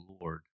Lord